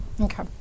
Okay